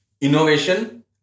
innovation